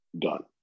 done